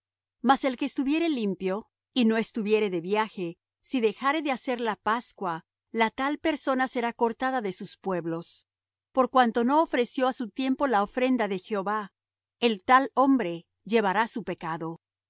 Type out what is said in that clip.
mas el que estuviere limpio y no estuviere de viaje si dejare de hacer la pascua la tal persona será cortada de sus pueblos por cuanto no ofreció á su tiempo la ofrenda de jehová el tal hombre llevará su pecado y